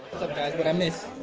guys? what i miss?